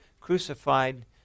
crucified